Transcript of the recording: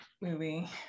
movie